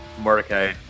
Mordecai